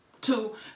two